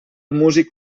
músic